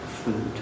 food